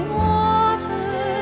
water